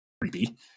creepy